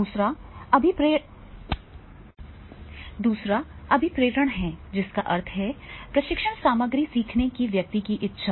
दूसरा अभिप्रेरण है जिसका अर्थ है प्रशिक्षण सामग्री सीखने की व्यक्ति की इच्छा